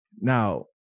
Now